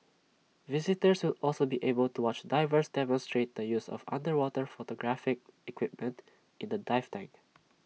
visitors will also be able to watch divers demonstrate the use of underwater photographic equipment in A dive tank